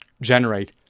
generate